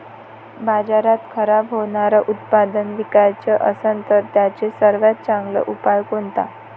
बाजारात खराब होनारं उत्पादन विकाच असन तर त्याचा सर्वात चांगला उपाव कोनता?